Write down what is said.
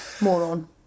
Moron